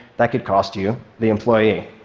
that could cost you the employee.